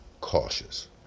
cautious